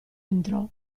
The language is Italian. entrò